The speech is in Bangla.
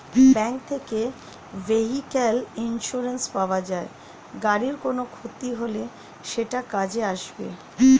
ব্যাঙ্ক থেকে ভেহিক্যাল ইন্সুরেন্স পাওয়া যায়, গাড়ির কোনো ক্ষতি হলে সেটা কাজে আসবে